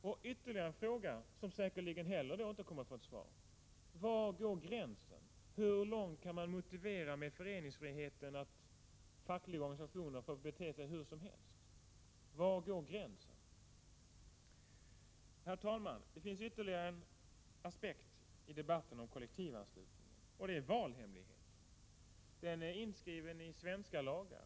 Och ytterligare en fråga, som säkerligen heller inte kommer att få ett svar: Var går gränsen? Hur långt kan man med föreningsfriheten motivera att fackliga organisationer får bete sig hur som helst? Herr talman! Det finns ännu en aspekt i debatten om kollektivanslutningen, nämligen valhemligheten. Den är inskriven i svenska lagar.